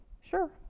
sure